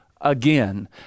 again